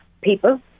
people